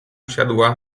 usiadła